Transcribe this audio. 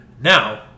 Now